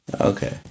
Okay